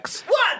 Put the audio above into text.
One